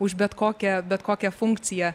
už bet kokią bet kokią funkciją